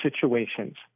situations